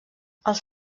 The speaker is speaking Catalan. els